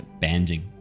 banding